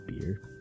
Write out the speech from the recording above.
beer